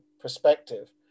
perspective